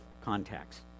contacts